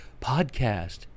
podcast